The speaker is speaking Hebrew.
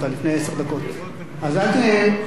אז אל תכפר על זה בקריאות ביניים.